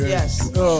Yes